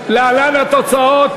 להלן התוצאות